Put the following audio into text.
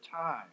time